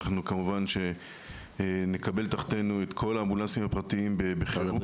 כמובן שנקבל תחתינו את כל האמבולנסים הפרטיים בחירום,